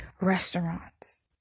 restaurants